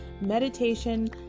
meditation